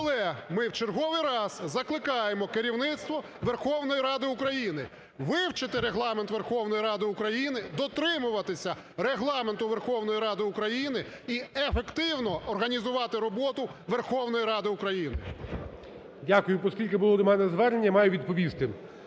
Але ми в черговий раз закликаємо керівництво Верховної Ради України вивчити Регламент Верховної Ради України, дотримуватися Регламенту Верховної Ради України і ефективно організувати роботу Верховної Ради України. ГОЛОВУЮЧИЙ. Дякую. Оскільки було до мене звернення, маю відповісти.